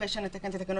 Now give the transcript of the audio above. אחרי שנתקן את התקנות,